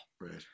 Right